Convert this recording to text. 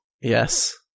Yes